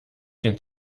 den